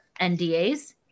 NDAs